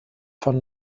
von